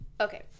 okay